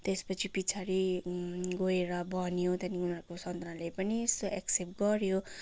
त्यसपछि पछाडि गएर भन्यो त्यहाँदेखि उनीहरूको सन्तानले पनि एक्सेप्ट गऱ्यो